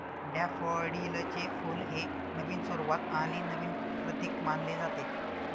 डॅफोडिलचे फुल हे नवीन सुरुवात आणि नवीन प्रतीक मानले जाते